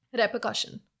repercussion